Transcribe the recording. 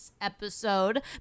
episode